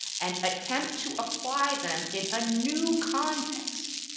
and attempt to apply them in a new context,